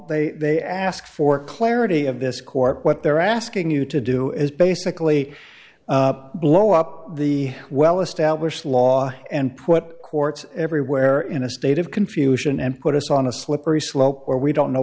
while they ask for clarity of this court what they're asking you to do is basically blow up the well established law and put courts everywhere in a state of confusion and put us on a slippery slope where we don't know